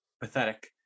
Pathetic